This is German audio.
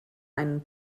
einen